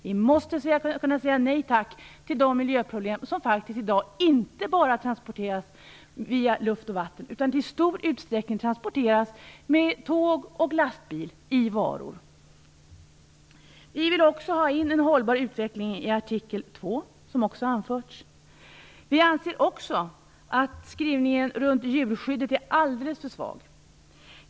Vi måste kunna säga nej tack till de problem som i dag faktiskt inte transporteras via luft och vatten utan i stor utsträckning med tåg och lastbil i varor. Vi vill också ha in en hållbar utveckling i artikel 2, som också har anförts. Vi anser vidare att skrivningen runt djurskyddet är alldeles för svag.